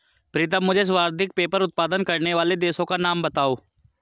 प्रीतम मुझे सर्वाधिक पेपर उत्पादन करने वाले देशों का नाम बताओ?